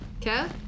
Kev